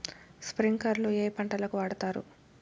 స్ప్రింక్లర్లు ఏ పంటలకు వాడుతారు?